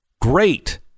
Great